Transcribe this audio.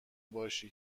باشه